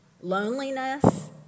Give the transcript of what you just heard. loneliness